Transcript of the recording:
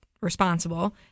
responsible